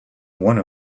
one